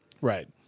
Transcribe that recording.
Right